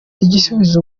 igisubizo